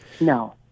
no